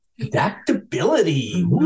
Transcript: Adaptability